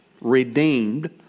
redeemed